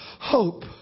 hope